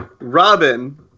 Robin